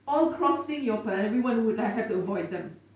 all crossing your path and everyone would have to avoid them